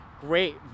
great